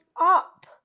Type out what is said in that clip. up